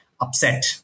upset